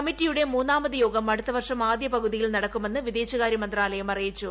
കമ്മിറ്റിയുടെ മൂന്നാമത് യോഗം അടുത്ത വർഷം ആദ്യ പകുതിയിൽ നടക്കുമെന്ന് വിദേശകാര്യ മന്ത്രാലയം അറിയിച്ചു